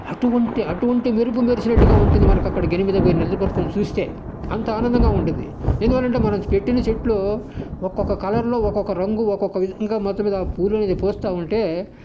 అటువంటి అటువంటి మెరుపు మెరిసినట్టుగా ఉంటుంది మనకి అక్కడ గెనుమ్ మీద పోయి నిలబడుకొని చూస్తే అంత ఆనందంగా ఉంటుంది ఎందువల్లంటే మనం పెట్టిన చెట్లు ఒక్కొక్క కలర్లో ఒక్కొక్క రంగు ఒక్కొక్క విధంగా మొత్తం మీద ఆ పూలనేది పూస్తూ ఉంటే